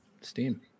Steam